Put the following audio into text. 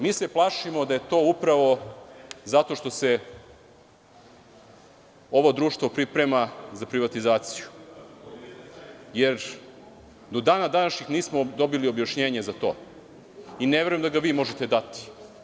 Mi se plašimo da je to upravo zato što se ovo društvo priprema za privatizaciju, jer do dana današnjeg nismo dobili objašnjenje za to i ne verujem da ga vi možete dati.